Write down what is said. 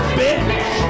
bitch